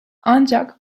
ancak